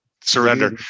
Surrender